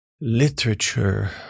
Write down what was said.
Literature